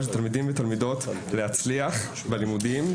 של תלמידים ותלמידות להצליח בלימודים,